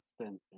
Spencer